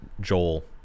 Joel